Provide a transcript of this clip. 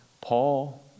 Paul